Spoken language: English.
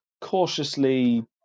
cautiously